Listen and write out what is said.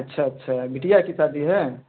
अच्छा अच्छा बिटिया की शादी है